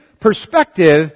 perspective